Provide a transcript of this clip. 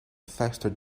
faster